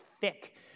thick